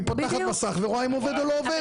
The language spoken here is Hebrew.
היא פותחת מסך ורואה אם עובד או לא עובד.